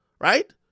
right